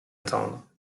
attendre